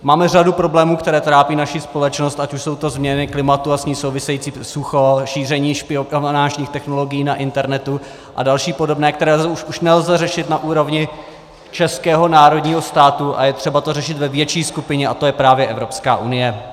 Máme řadu problémů, které trápí naši společnost, ať už jsou to změny klimatu a s tím související sucho, šíření špionážních technologií na internetu a další podobné, které už nelze řešit na úrovni českého národního státu a je třeba to řešit ve větší skupině, a to je právě Evropská unie.